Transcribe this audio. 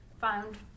found